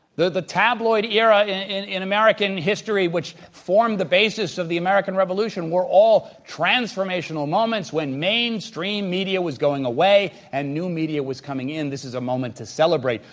the the tabloid era in in american history which formed the basis of the american revolution were all transformational moments when mainstream media was going away and new media was coming in. this is a moment to celebrate.